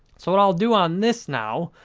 so, what i'll do on this now,